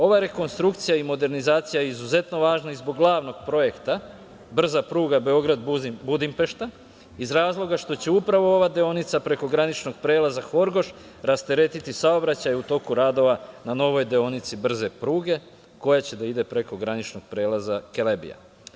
Ova rekonstrukcija i modernizacija je izuzetno važna i zbog glavnog projekta brza pruga Beograd – Budimpešta iz razloga što će upravo ova deonica preko graničnog prelaza Horgoš rasteretiti saobraćaj u toku radova na novoj deonici brze pruge koja će da ide preko graničnog prelaza Kelebija.